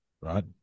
right